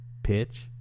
Pitch